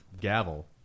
gavel